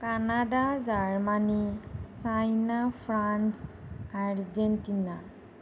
Canada Germany China France Argentina